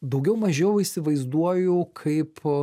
daugiau mažiau įsivaizduoju kaip